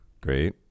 Great